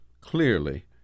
clearly